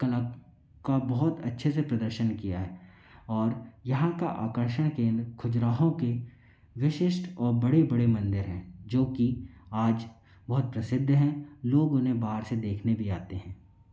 कला का बहुत अच्छे से प्रदर्शन किया है और यहाँ का आकर्षण केंद्र खजुराहो की विशिष्ट और बड़े बड़े मंदिर हैं जो कि आज बहुत प्रसिद्ध हैं लोग उन्हें बाहर से देखने भी आते हैं